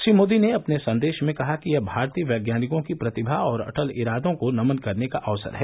श्री मोदी ने अपने संदेश में कहा कि यह भारतीय वैज्ञानिकों की प्रतिभा और अटल इरादों को नमन करने का अवसर है